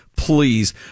Please